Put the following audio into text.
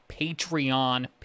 Patreon